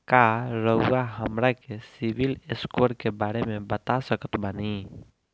का रउआ हमरा के सिबिल स्कोर के बारे में बता सकत बानी?